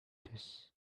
this